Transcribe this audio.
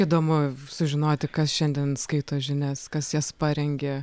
įdomu sužinoti kas šiandien skaito žinias kas jas parengė